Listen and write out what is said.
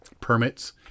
permits